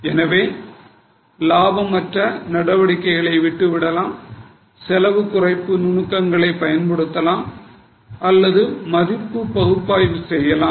எனவே லாபம் அற்ற நடவடிக்கைகளை விட்டுவிடலாம் செலவு குறைப்பு நுணுக்கங்களை பயன்படுத்தலாம் அல்லது மதிப்பு பகுப்பாய்வு செய்யலாம்